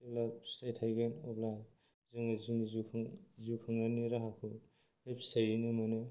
जेब्ला फिथाय थायगोन अब्ला जोङो जोंनि जिउ खुंनायनि राहाखौ बे फिथाइजोंनो मोनो